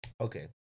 Okay